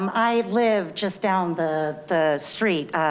i live just down the the street,